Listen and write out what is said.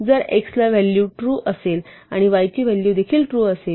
जर x ला एक व्हॅलू ट्रू असेल आणि y ची व्हॅलू देखील ट्रू असेल